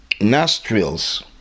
nostrils